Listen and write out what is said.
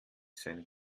seinen